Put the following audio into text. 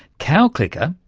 cow clicker,